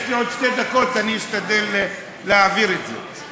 יש לי עוד שתי דקות, אני אשתדל להעביר את זה.